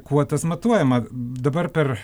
kuo tas matuojama dabar per